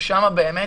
ששם באמת